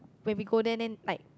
when we go there then like